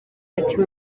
ati